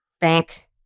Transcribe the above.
Bank